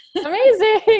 Amazing